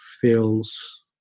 feels